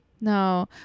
No